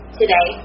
today